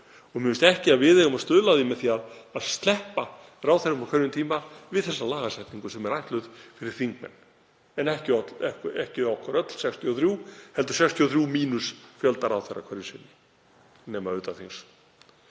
og mér finnst ekki að við eigum að stuðla að því með því að sleppa ráðherrum á hverjum tíma við þessa lagasetningu sem er ætluð fyrir þingmenn, ekki okkur öll 63, heldur 63 mínus fjölda ráðherra hverju sinni, nema utan þings.